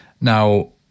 Now